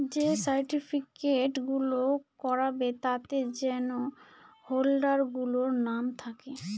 যে সার্টিফিকেট গুলো করাবে তাতে যেন হোল্ডার গুলোর নাম থাকে